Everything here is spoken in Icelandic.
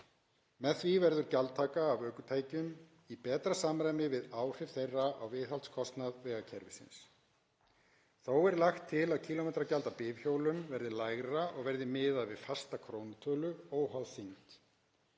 Með því verður gjaldtaka af ökutækjum í betra samræmi við áhrif þeirra á viðhaldskostnað vegakerfisins. Þó er lagt til að kílómetragjald af bifhjólum verði lægra og verði miðað við fasta krónutölu, óháð þyngd.